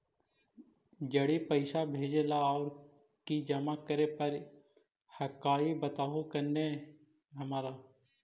जड़ी पैसा भेजे ला और की जमा करे पर हक्काई बताहु करने हमारा?